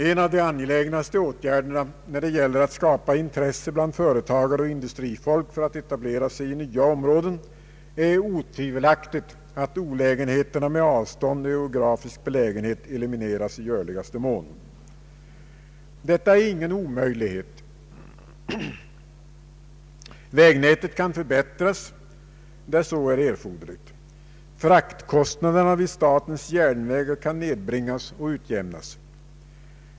En av de angelägnaste åtgärderna när det gäller att skapa intresse bland företagare och industrifolk för att etablera sig i nya områden är otvivelaktigt att olägenheterna med avstånd och geografisk belägenhet elimineras i görligaste mån. Detta är ingen omöjlighet. Vägnätet kan förbättras där så är erforderligt. Fraktkostnaderna vid statens järnvägar kan nedbringas och utjämnas.